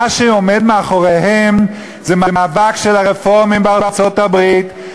מה שעומד מאחוריהן זה מאבק של הרפורמים בארצות-הברית,